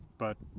but